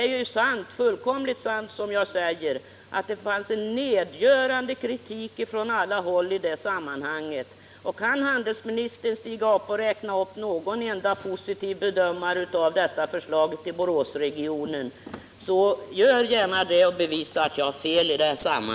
Men det är fullkomligt sant som jag säger att det framfördes en nedgörande kritik från alla håll. Kan handelsministern visa på någon enda positiv bedömare av detta förslag beträffande Boråsregionen, så gör gärna det och bevisa att jag har fel i detta sammanhang.